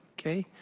okay.